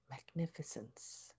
magnificence